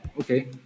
okay